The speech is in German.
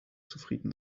zufrieden